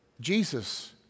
Jesus